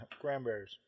cranberries